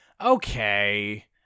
okay